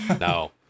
No